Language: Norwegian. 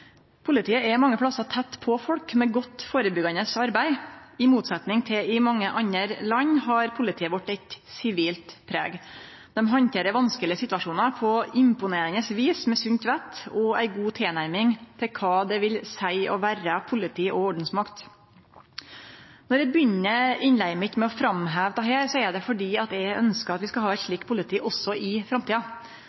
Politiet er mange plassar tett på folk med godt førebyggjande arbeid. I motsetning til i mange andre land har politiet vårt eit sivilt preg. Dei handterer vanskelege situasjonar på imponerande vis med sunt vett og ei god tilnærming til kva det vil seie å vere politi og ordensmakt. Når eg begynner innlegget mitt med å framheve dette, er det fordi eg ønskjer at vi skal ha eit